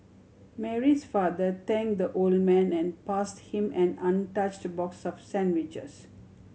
Mary's father thank the old man and pass him an untouched box of sandwiches